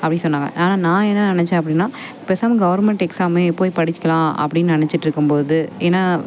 அப்படின்னு சொன்னாங்க ஆனால் நான் என்ன நினச்சேன் அப்படின்னா பேசாமல் கவுர்மெண்ட் எக்ஸாமே போய் படிச்சுக்கலாம் அப்படின்னு நினச்சிட்டுருக்கும்போது ஏன்னால்